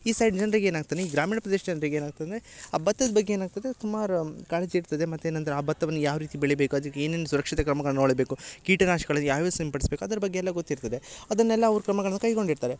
ಈ ಸೈಡ್ ಜನ್ರಿಗೆ ಏನಾಗ್ತನೆ ಗ್ರಾಮೀಣ ಪ್ರದೇಶದ ಜನ್ರಿಗೆ ಏನಾಗ್ತಂದರೆ ಆ ಬತ್ತದ ಬಗ್ಗೆ ಏನಾಗ್ತದೆ ಸುಮಾರು ಕಾಳಜಿ ಇರ್ತದೆ ಮತ್ತೇನು ಅಂದರೆ ಆ ಬತ್ತವನ್ನ ಯಾವ ರೀತಿ ಬೆಳಿಯಬೇಕು ಅದಕ್ಕೆ ಏನೇನು ಸುರಕ್ಷತೆ ಕ್ರಮಗಳನ್ನ ಮಾಡಬೇಕು ಕೀಟನಾಶಕಗಳನ್ನ ಯಾವ್ಯಾವ ಸಿಂಪಡ್ಸ್ಬೇಕು ಅದರ ಬಗ್ಗೆ ಎಲ್ಲ ಗೊತ್ತಿರ್ತದೆ ಅದನ್ನೆಲ್ಲ ಅವ್ರ ಕ್ರಮಗಳನ್ನ ಕೈಗೊಂಡಿರ್ತಾರೆ